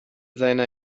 seiner